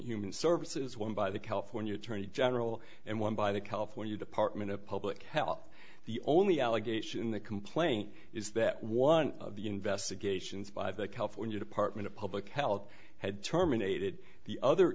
human services one by the california attorney general and one by the california department of public health the only allegation in the complaint is that one of the investigations by the california department of public health had terminated the other